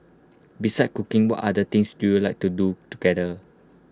besides cooking what other things do you like to do together